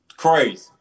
Crazy